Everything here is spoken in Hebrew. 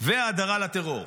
להאדרה לטרור,